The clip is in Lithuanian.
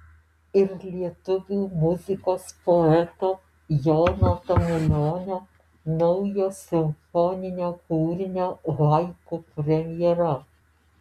ir lietuvių muzikos poeto jono tamulionio naujo simfoninio kūrinio haiku premjera